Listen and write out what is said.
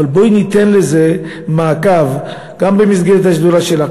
אבל בואי ניתן לזה מעקב גם במסגרת השדולה שלך,